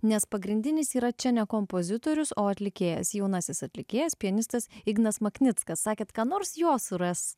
nes pagrindinis yra čia ne kompozitorius o atlikėjas jaunasis atlikėjas pianistas ignas maknickas sakė ką nors jo suras